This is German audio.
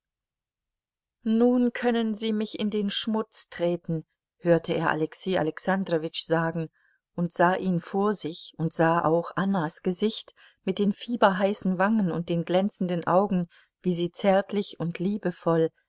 nun können sie mich in den schmutz treten hörte er alexei alexandrowitsch sagen und sah ihn vor sich und sah auch annas gesicht mit den fieberheißen wangen und den glänzenden augen wie sie zärtlich und liebevoll